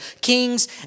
kings